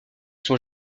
sont